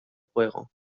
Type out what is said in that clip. fuego